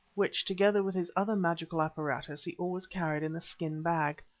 which, together with his other magical apparatus, he always carried in a skin bag.